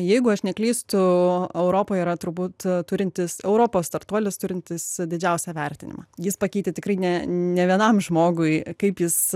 jeigu aš neklystu europoj yra turbūt turintis europos startuolis turintis didžiausią vertinimą jis pakeitė tikrai ne ne vienam žmogui kaip jis